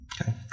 Okay